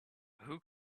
who